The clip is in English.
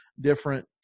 different